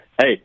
hey